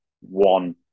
One